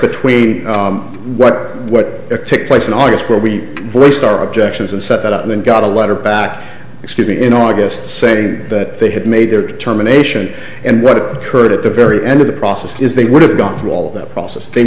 between what what took place in august where we were star objections and set it up and then got a letter back excuse me in august saying that they had made their determination and what occurred at the very end of the process is they would have gone through all of that process they